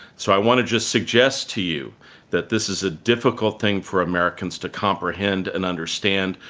so, i want to just suggest to you that this is a difficult thing for americans to comprehend and understand,